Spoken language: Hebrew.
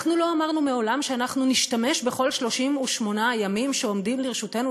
אנחנו לא אמרנו מעולם שאנחנו נשתמש בכל 38 הימים שעומדים לרשותנו